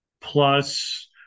plus